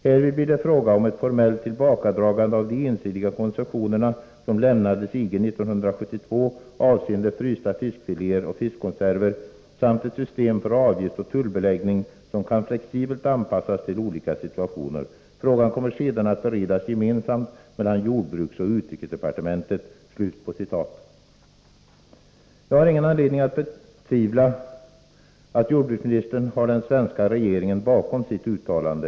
Härvid blir det fråga om ett formellt tillbakadragande av de ensidiga koncessionerna, som lämnades EG 1972 avseende frysta fiskfiléer och fiskkonserver samt ett system för avgiftsoch tullbeläggning som kan flexibelt anpassas till olika situationer. Frågan kommer sedan att beredas gemensamt mellan jordbruksoch utrikesdepartementen.” Jag har ingen anledning att betvivla att jordbruksministern hade den svenska regeringen bakom sitt uttalande.